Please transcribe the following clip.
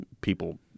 people